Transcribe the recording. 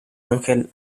ángel